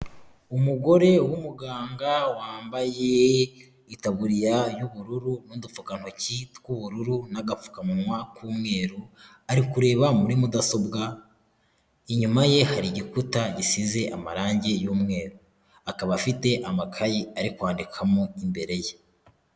Umugore w'umuganga wambaye itaburiya y'ubururu n'udukokantoki tw'ubururu n'agapfukamunwa k'umweru ari kureba muri mudasobwa, inyuma ye hari igikuta gisize amarangi y'umweru akaba afite amakayi ari kwandikamo imbere ye.